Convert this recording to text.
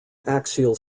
axial